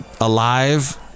alive